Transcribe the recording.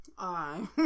Aye